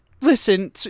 listen